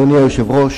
אדוני היושב-ראש,